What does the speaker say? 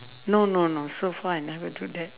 no no no so far I never do that